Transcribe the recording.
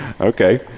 Okay